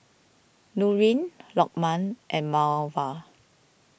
Nurin Lokman and Mawar